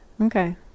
okay